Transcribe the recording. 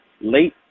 late